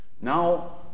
Now